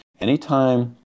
anytime